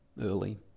early